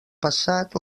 passat